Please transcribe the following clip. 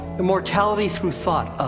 immortality through thought,